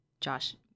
josh